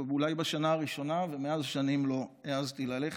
ואולי בשנה הראשונה, ומאז שנים לא העזתי ללכת.